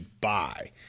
buy